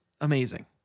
amazing